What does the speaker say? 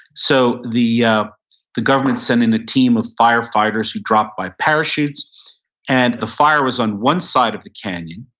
so the yeah the government sent in a team of firefighters who dropped by parachutes and the fire was on one side of the canyon,